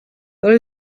there